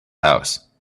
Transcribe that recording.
house